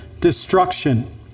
destruction